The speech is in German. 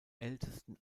ältesten